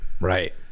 Right